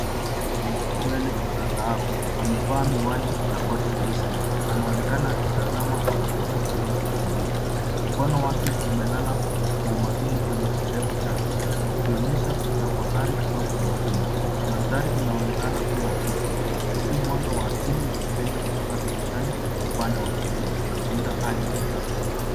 Mwanamke mwenye nywele za dhahabu amevaa miwani na koti jeusi, anaonekana akitazama kwa makini kiooo cha kompyuta. Mkono wake umelala kwa umakini kwenye kidevu chake akionyesha kutafakari au umakii. Mandhari inaonekana kuwa ofisi huku mwanga wa asili ukipenya kutoka dirishani upande wa kulia na kuunda hali ya joto.